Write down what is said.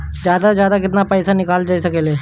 जादा से जादा कितना पैसा निकाल सकईले?